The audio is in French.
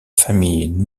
famille